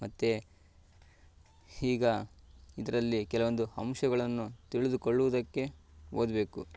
ಮತ್ತು ಈಗ ಇದರಲ್ಲಿ ಕೆಲವೊಂದು ಅಂಶಗಳನ್ನು ತಿಳಿದುಕೊಳ್ಳುವುದಕ್ಕೆ ಓದಬೇಕು